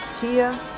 Kia